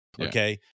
Okay